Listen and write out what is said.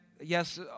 yes